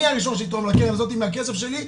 אני הראשון שיתרום לקרן הזאת מהכסף שלי,